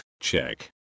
Check